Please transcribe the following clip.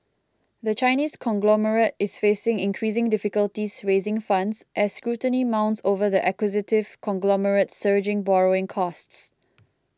the Chinese conglomerate is facing increasing difficulties raising funds as scrutiny mounts over the acquisitive conglomerate's surging borrowing costs